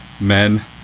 men